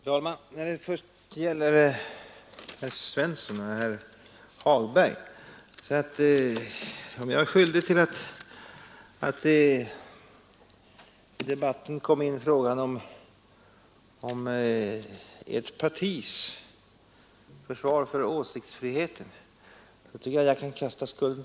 Herr talman! När det först gäller herr Svensson i Malmö och herr Hagberg, så vet jag inte om jag är skyldig till att frågan om ert partis försvar för åsiktsfriheten kom in i debatten.